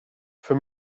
für